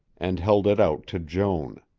and held it out to joan.